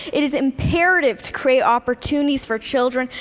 it is imperative to create opportunities for children,